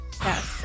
Yes